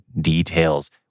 details